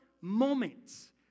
moments